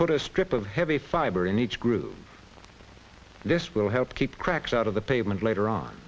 put a strip of heavy fiber in each group this will help keep cracks out of the pavement later on